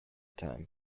time